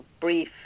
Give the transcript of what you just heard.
brief